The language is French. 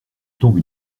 tombe